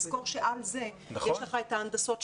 תזכור שעל זה יש לך את ההנדסות,